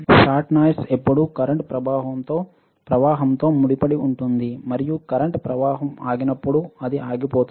shot noise ఎల్లప్పుడూ current ప్రవాహంతో ముడిపడి ఉంటుంది మరియు కరెంట్ ప్రవాహం ఆగినప్పుడు అది ఆగిపోతుంది